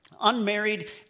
unmarried